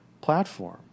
platform